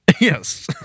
Yes